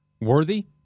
worthy